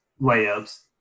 layups